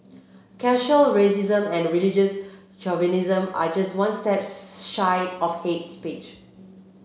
casual racism and religious chauvinism are just one step shy of hate speech